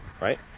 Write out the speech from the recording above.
right